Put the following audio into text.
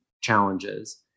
challenges